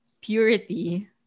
purity